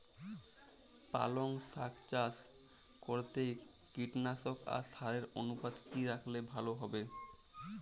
পালং শাক চাষ করতে কীটনাশক আর সারের অনুপাত কি রাখলে ভালো হবে?